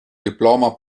diploma